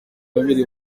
yabereye